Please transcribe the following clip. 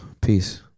Peace